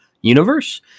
universe